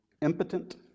Impotent